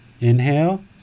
Inhale